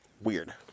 weird